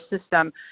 system